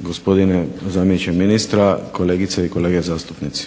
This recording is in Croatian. gospodine zamjeniče ministra, kolegice i kolege zastupnici.